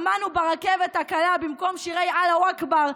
שמענו ברכבת הקלה במקום שירי "אללהו אכבר",